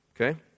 okay